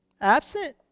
Absent